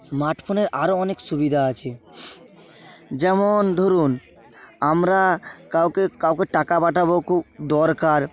স্মার্টফোনের আরো অনেক সুবিধা আছে যেমন ধরুন আমরা কাউকে কাউকে টাকা পাঠাবো খুব দরকার